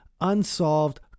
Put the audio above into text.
unsolved